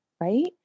right